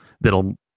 that'll